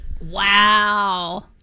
wow